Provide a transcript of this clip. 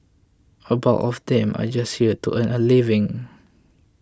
a bulk of them are just here to earn a living